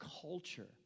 culture